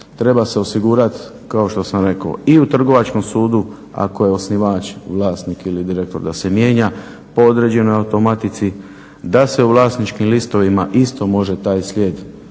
treba se osigurati kao što sam rekao i u Trgovačkom sudu ako je osnivač vlasnik ili direktor da se mijenja po određenoj automatici, da se u vlasničkim listovima isto može taj slijed